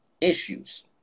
issues